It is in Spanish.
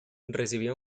recibió